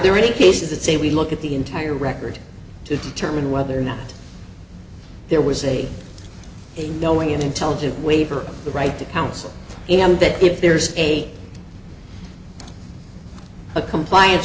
there any cases that say we look at the entire record to determine whether or not there was a knowing and intelligent waiver the right to counsel and that if there's a compliance